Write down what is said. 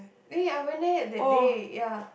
eh I went there that day ya